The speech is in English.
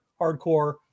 hardcore